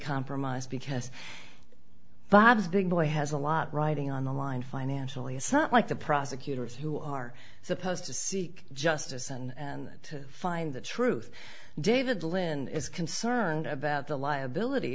compromised because bob's big boy has a lot riding on the line financially it's not like the prosecutors who are supposed to seek justice and find the truth david lynn is concerned about the liability